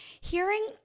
hearing